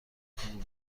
خوب